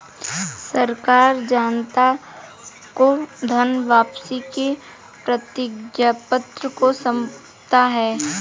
सरकार जनता को धन वापसी के प्रतिज्ञापत्र को सौंपती है